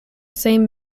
same